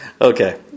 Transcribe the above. Okay